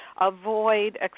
avoid